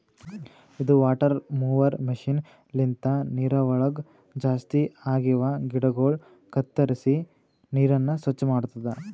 ಇದು water mower machine ಲಿಂತ ನೀರವಳಗ್ ಜಾಸ್ತಿ ಆಗಿವ ಗಿಡಗೊಳ ಕತ್ತುರಿಸಿ ನೀರನ್ನ ಸ್ವಚ್ಚ ಮಾಡ್ತುದ